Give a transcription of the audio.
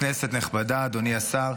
כנסת נכבדה, אדוני השר,